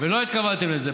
ולא התכוונתם לזה.